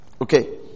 Okay